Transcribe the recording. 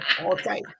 Okay